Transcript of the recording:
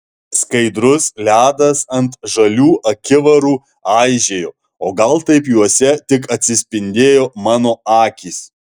skaidrus ledas ant žalių akivarų aižėjo o gal taip juose tik atsispindėjo mano akys